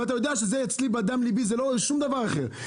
אתה יודע שזה בדם ליבי, זה לא שום דבר אחר.